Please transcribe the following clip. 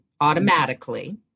automatically